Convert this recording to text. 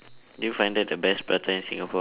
do you find that the best prata in singapore